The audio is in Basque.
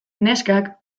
neskak